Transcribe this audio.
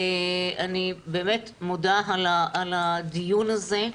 אני באמת מודה על הדיון הזה,